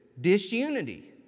Disunity